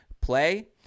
play